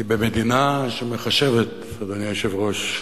כי במדינה שמחשבת, אדוני היושב-ראש,